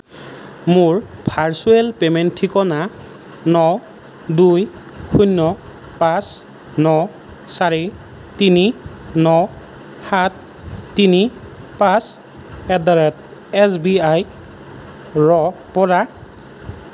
মোৰ virtual payment ঠিকনা ন দুই শূণ্য পাঁচ ন চাৰি তিনি ন সাত তিনি পাঁচ at the rate S B আইৰ পৰা